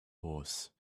horse